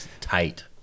tight